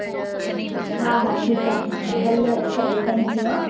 हा हा हा ठीक आहे ठीक आहे हलि हलि सही थैंक यू हा